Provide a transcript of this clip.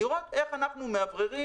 צריך לראות איך אנחנו מאווררים,